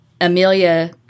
Amelia